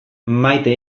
maite